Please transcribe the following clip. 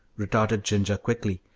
retorted ginger, quickly.